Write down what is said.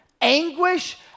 anguish